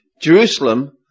Jerusalem